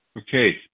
Okay